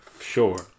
Sure